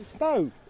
No